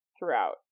throughout